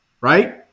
Right